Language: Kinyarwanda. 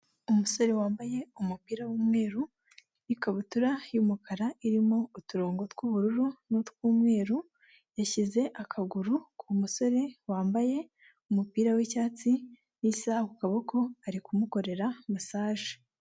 Umusore wambaye umupira w'umweru n'ikabutura y'umukara irimo uturongo tw'ubururu n'utw'umweru yashyize akaguru ku musore wambaye umupira w'icyatsi n'isaha ku kaboko ari kumukorera masaje.